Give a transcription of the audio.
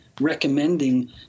recommending